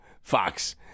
Fox